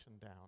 down